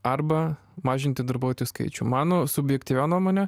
arba mažinti darbuotojų skaičių mano subjektyvia nuomone